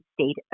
state